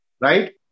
Right